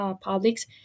publics